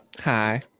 Hi